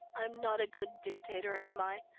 i'm not a good dictator, am i?